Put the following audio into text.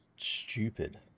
stupid